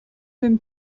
him